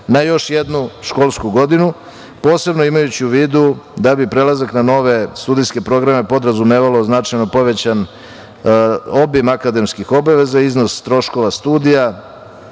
na još jednoj školsku godinu, posebno imajući u vidu da bi prelazak na nove studentske programe podrazumevalo značajno povećan obim akademskih obaveza, iznos troškova studija,